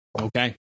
Okay